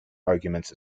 arguments